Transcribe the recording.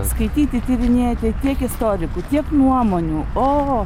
skaityti tyrinėti juk tiek istorikų tiek nuomonių o